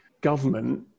government